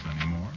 anymore